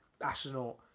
astronaut